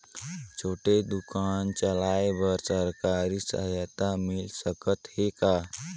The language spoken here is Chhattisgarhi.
छोटे दुकान चलाय बर सरकारी सहायता मिल सकत हे का?